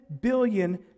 billion